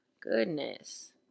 Goodness